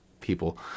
people